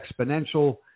exponential